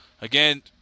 Again